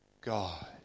God